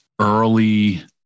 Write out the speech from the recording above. early